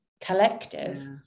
collective